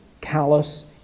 callous